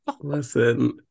listen